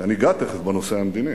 ואני אגע תיכף בנושא המדיני,